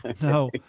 No